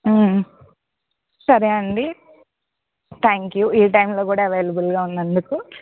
సరే అండి థాంక్యూ ఈ టైంలో కూడా అవైలబుల్గా ఉన్నందుకు